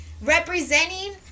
representing